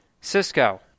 Cisco